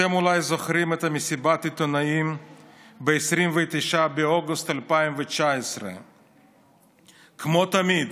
אתם אולי זוכרים את מסיבת העיתונאים ב-29 באוגוסט 2019. כמו תמיד,